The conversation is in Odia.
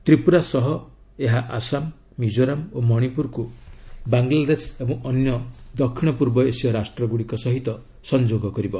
ତ୍ରିପୁରା ସହ ଏହା ଆସାମ ମିଜୋରାମ ଓ ମଣିପୁରକୁ ବାଙ୍ଗଲାଦେଶ ଏବଂ ଅନ୍ୟ ଦକ୍ଷିଣ ପୂର୍ବ ଏସୀୟ ରାଷ୍ଟ୍ରଗୁଡ଼ିକ ସହିତ ସଂଯୋଗ କରିବ